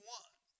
one